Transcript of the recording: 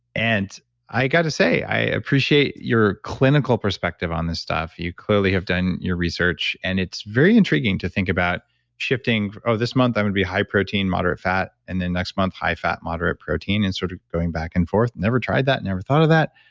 and i got to say, i appreciate your clinical perspective on this stuff. you clearly have done your research and it's very intriguing to think about shifting. this month, that would be high protein, moderate fat and then next month, high fat moderate protein and sort of going back and forth. never tried that, never thought of that.